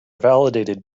validated